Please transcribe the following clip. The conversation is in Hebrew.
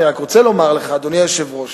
אני רק רוצה לומר לך, אדוני היושב-ראש,